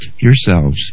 yourselves